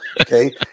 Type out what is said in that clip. okay